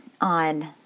on